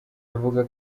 avuga